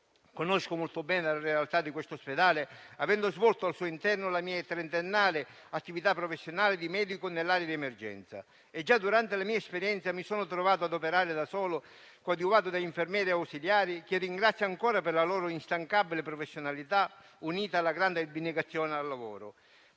Conosco molto bene la realtà di quell'ospedale, avendo svolto al suo interno la mia trentennale attività professionale di medico nell'area di emergenza, e già durante la mia esperienza mi sono trovato a operare da solo coadiuvato da infermieri ausiliari, che ringrazio ancora per la loro instancabile professionalità, unita alla grande abnegazione al lavoro.